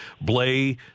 Blay